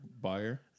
buyer